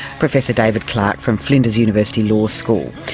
professor david clark from flinders university law school.